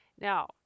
Now